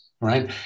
right